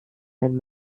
wenn